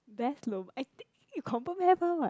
best lobang I think you confirm have one what